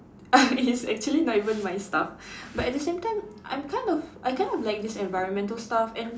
it's actually not even my stuff but at the same time I'm kind of I kind of like this environmental stuff and